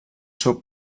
seu